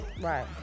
Right